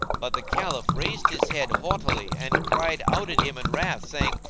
but the caliph raised his head haughtily and cried out at him in wrath, saying,